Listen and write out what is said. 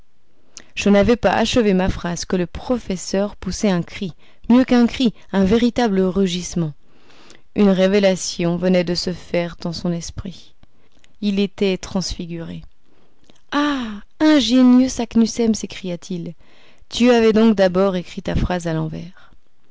je n'avais pas achevé ma phrase que le professeur poussait un cri mieux qu'un cri un véritable rugissement une révélation venait de se faire dans son esprit il était transfiguré ah ingénieux saknussemm s'écria-t-il tu avais donc d'abord écrit ta phrase à l'envers